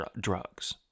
drugs